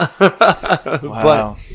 Wow